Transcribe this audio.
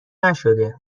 نشده